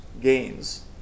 gains